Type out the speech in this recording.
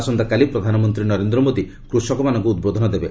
ଆସନ୍ତାକାଲି ପ୍ରଧାନମନ୍ତ୍ରୀ ନରେନ୍ଦ୍ର ମୋଦି କୃଷକମାନଙ୍କୁ ଉଦ୍ବୋଧନ ଦେବେ